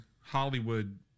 Hollywood